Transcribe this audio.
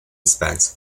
spence